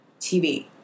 tv